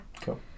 Cool